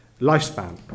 lifespan